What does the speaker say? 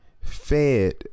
fed